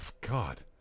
God